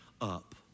up